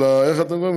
של, איך אתם אומרים?